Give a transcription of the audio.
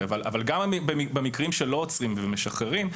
אבל גם במקרים שלא עוצרים ומשחררים,